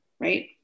right